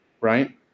right